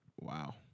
Wow